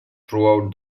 throughout